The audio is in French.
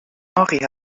henry